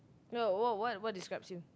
no what what what describes you